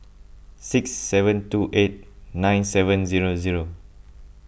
six seven two eight nine seven zero zero